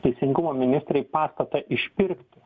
teisingumo ministrei pastatą išpirkti